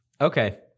Okay